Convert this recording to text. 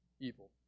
evil